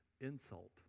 insult